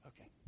Okay